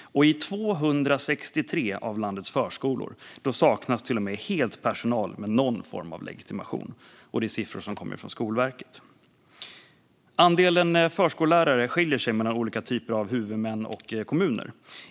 I 263 av landets förskolor saknas till och med helt personal med någon form av legitimation. Det här är siffror som kommer från Skolverket. Andelen förskollärare skiljer sig åt mellan olika typer av huvudmän och kommuner.